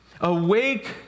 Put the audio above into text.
Awake